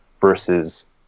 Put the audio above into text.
versus